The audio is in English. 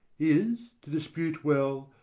is, to dispute well,